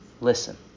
Listen